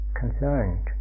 concerned